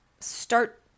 start